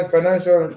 Financial